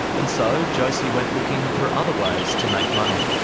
and so josie went looking for others ways to make money.